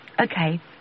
okay